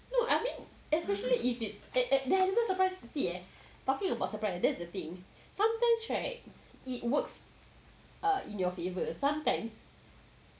no I mean especially if it's if no surprise to see talking about surprise that's the thing sometimes right it works err in your favour sometimes